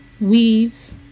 weaves